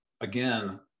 again